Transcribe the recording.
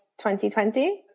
2020